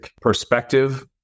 perspective